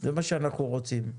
זה מה שאנחנו רוצים,